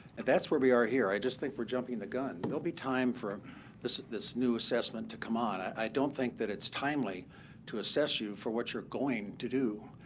and that's where we are here. i just think we're jumping the gun. there'll be time for um this this new assessment to come on. i i don't think that it's timely to assess you for what you're going to do.